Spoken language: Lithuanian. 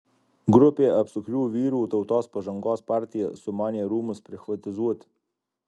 grupė apsukrių vyrų tautos pažangos partija sumanė rūmus prichvatizuoti